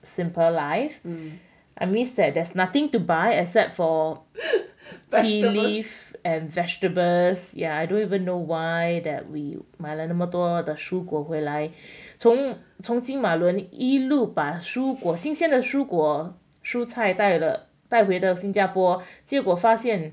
simple life I miss that there's nothing to buy except for tea leaf and vegetables yeah I don't even know why that we 买了那么多的蔬果回来从从金马仑一路把蔬果新鲜的水果蔬菜大了带回到新加坡结果发现